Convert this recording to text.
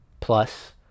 plus